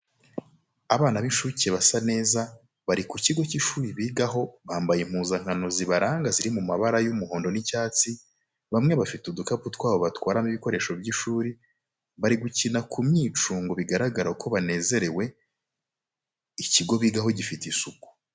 Abana b'incuke basa neza bari ku kigo cy'ishuri bigaho bambaye impuzankano zibaranga ziri mu mabara y'umuhondo n'icyatsi, bamwe bafite udukapu twabo batwaramo ibikoresho by'ishuri, bari gukina ku myicungo bigaragara ko banezerewe, ikigo bigaho gifite isuku.